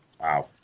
Wow